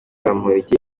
bamporiki